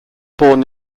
born